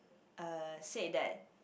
uh said that